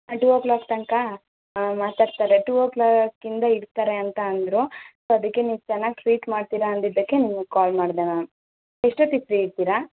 two o'clock ತನಕ ಮಾತಾಡ್ತಾರೆ two ಓ ಕ್ಲಾಕಿಂದ ಇರ್ತಾರೆ ಅಂತ ಅಂದರು ಸೊ ಅದಕ್ಕೆ ನೀವು ಚೆನ್ನಾಗಿ ಟ್ರೀಟ್ ಮಾಡ್ತೀರ ಅಂದಿದ್ದಕ್ಕೆ ನಿಮಗೆ ಕಾಲ್ ಮಾಡಿದೆ ಮ್ಯಾಮ್ ಎಷ್ಟೊತ್ತಿಗೆ ಫ್ರೀ ಇರ್ತೀರಾ